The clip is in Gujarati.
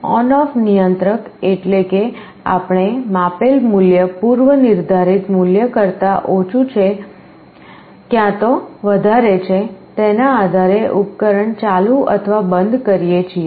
ON OFF નિયંત્રક એટલે કે આપણે માપેલ મૂલ્ય પૂર્વનિર્ધારિત મૂલ્ય કરતા ઓછું છે ક્યાં તો વધારે છે તેના આધારે ઉપકરણ ચાલુ અથવા બંધ કરીએ છીએ